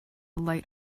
light